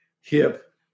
hip